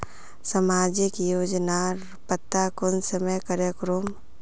सामाजिक योजनार पता कुंसम करे करूम?